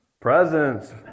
Presents